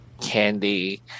candy